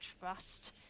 trust